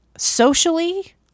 Socially